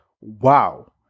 Wow